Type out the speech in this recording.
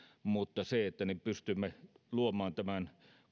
mutta niin pystymme luomaan tämän